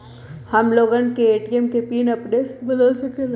हम लोगन ए.टी.एम के पिन अपने से बदल सकेला?